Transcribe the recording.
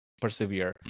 persevere